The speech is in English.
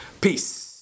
peace